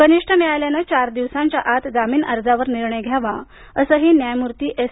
कनिष्ठ न्यायालयानं चार प दिवसांच्या आत जामीन अर्जावर निर्णय घ्यावा असंही न्यायमूर्ती एस